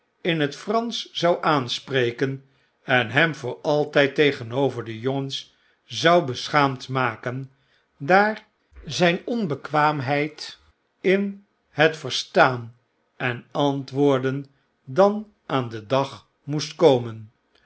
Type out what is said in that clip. in het fransch zou aanspreken en hem voor altijd tegenover de jongens zou beschaamd maken daar zp onbekwaamheid in het verstaan en antwoorden dan aan den dag moest komen